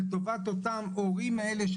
לטובת אותם ההורים האלה,